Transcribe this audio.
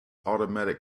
automatic